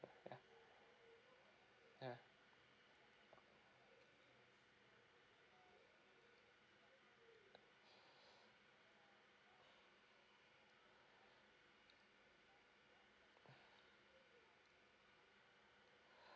yeah yeah